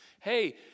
hey